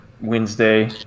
wednesday